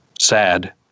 sad